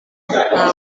nta